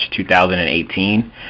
2018